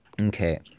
Okay